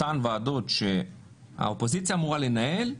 אותן ועדות שהאופוזיציה אמורה לנהל,